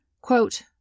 quote